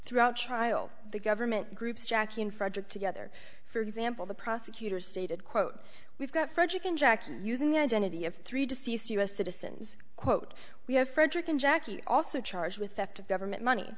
throughout trial the government groups jackie and frederick together for example the prosecutor stated quote we've got frederick and jackson using the identity of three deceased u s citizens quote we have frederick and jackie also charged with theft of government money